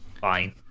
Fine